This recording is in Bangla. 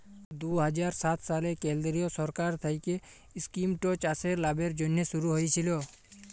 দু হাজার সাত সালে কেলদিরিয় সরকার থ্যাইকে ইস্কিমট চাষের লাভের জ্যনহে শুরু হইয়েছিল